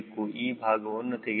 ಆ ಭಾಗವನ್ನು ತೆಗೆಯಬೇಕು